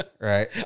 Right